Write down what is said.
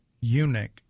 eunuch